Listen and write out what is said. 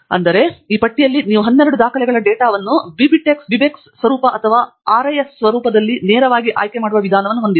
ಆದ್ದರಿಂದ ದುರದೃಷ್ಟವಶಾತ್ ಇಲ್ಲಿ ಈ ಪಟ್ಟಿಯಲ್ಲಿ ನೀವು ಈ 12 ದಾಖಲೆಗಳ ಡೇಟಾವನ್ನು ಬಿಬಿಟಿಕ್ಸ್ ಸ್ವರೂಪ ಅಥವಾ ಆರ್ಐಎಸ್ ರೂಪದಲ್ಲಿ ನೇರವಾಗಿ ಆಯ್ಕೆ ಮಾಡುವ ವಿಧಾನವನ್ನು ಹೊಂದಿಲ್ಲ